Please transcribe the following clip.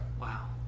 Wow